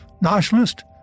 nationalist